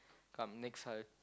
come next I'll